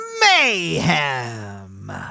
mayhem